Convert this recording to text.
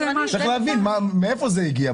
צריך להבין מאיפה זה הגיע.